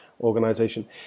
organization